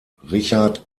richard